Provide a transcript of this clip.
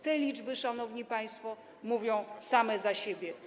Te liczby, szanowni państwo, mówią same za siebie.